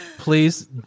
Please